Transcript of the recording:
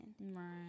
right